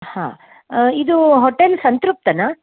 ಹಾಂ ಇದೂ ಹೋಟೆಲ್ ಸಂತೃಪ್ತನಾ